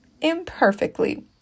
Imperfectly